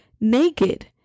Naked